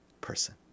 person